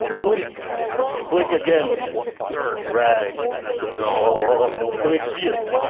click click again drag oh click here,